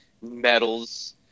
medals